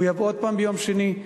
הוא יבוא עוד הפעם ביום שני,